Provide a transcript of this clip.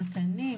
מתנים,